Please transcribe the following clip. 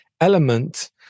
element